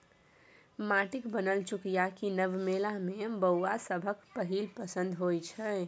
माटिक बनल चुकिया कीनब मेला मे बौआ सभक पहिल पसंद होइ छै